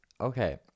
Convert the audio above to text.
okay